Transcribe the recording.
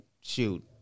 shoot